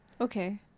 Okay